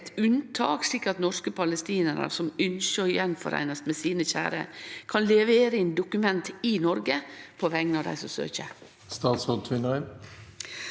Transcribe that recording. eit unntak, slik at norske palestinarar som ynskjer å bli gjenforeint med sine kjære, kan levere inn dokument i Noreg på vegner av dei som søkjer? Statsråd Anne